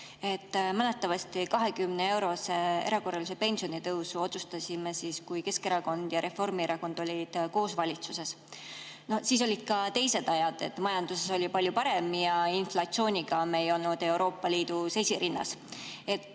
Mäletatavasti 20‑eurose erakorralise pensionitõusu otsustasime siis, kui Keskerakond ja Reformierakond olid koos valitsuses. Siis olid ka teised ajad, majanduses oli seis palju parem ja inflatsiooniga me ei olnud Euroopa Liidus esirinnas.